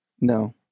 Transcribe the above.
No